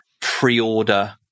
pre-order